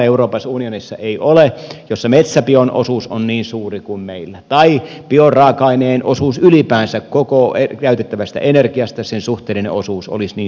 euroopan unionissa ei ole yhtään maata jossa metsäbion osuus olisi niin suuri kuin meillä tai jossa bioraaka aineen osuus ylipäänsä koko käytettävästä energiasta sen suhteellinen osuus olisi niin suuri kuin meillä